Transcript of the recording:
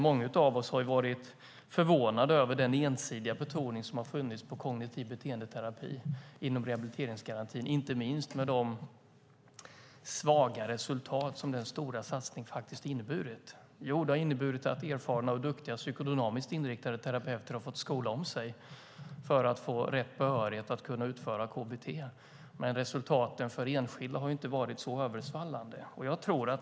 Många av oss har varit förvånade över den ensidiga betoning som har funnits på kognitiv beteendeterapi inom rehabiliteringsgarantin, inte minst med de svaga resultat som denna stora satsning har inneburit. Det har inneburit att erfarna och duktiga psykodynamiskt inriktade terapeuter har fått skola om sig för att få rätt behörighet för att kunna utföra KBT. Men resultaten för enskilda har inte varit så översvallande.